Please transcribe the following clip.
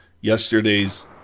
yesterday's